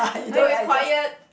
I will be quiet